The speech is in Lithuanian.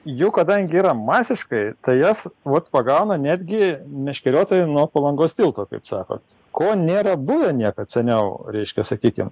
jų kadangi yra masiškai tai jas vat pagauna netgi meškeriotojai nuo palangos tilto kaip sakot ko nėra buvę niekad seniau reiškia sakykim